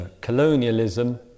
colonialism